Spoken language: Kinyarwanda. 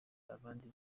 abandi